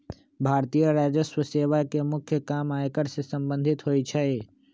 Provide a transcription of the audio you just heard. भारतीय राजस्व सेवा के मुख्य काम आयकर से संबंधित होइ छइ